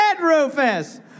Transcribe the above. Rufus